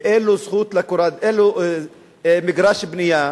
ואין לו מגרש בנייה,